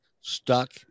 stuck